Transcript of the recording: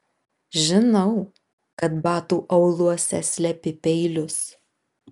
žinau kad batų auluose slepi peilius